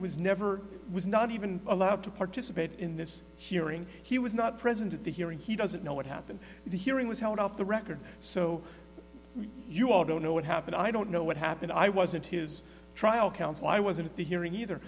was never was not even allowed to participate in this hearing he was not present at the hearing he doesn't know what happened in the hearing was held off the record so we don't know what happened i don't know what happened i wasn't his trial counsel i wasn't the hearing either